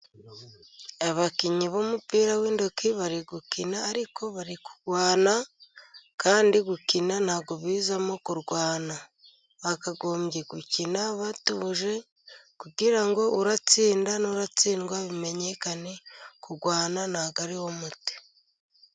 Abakinnyi b'umupira w'intoki bari gukina ariko bari kurwana kandi gukina ntabwo bizamo kurwana, bakagombye gukina bitonze kugirango uratsinda n'uratsindwa bimenyekane kugwana ntabwo ariwo muti.